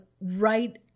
right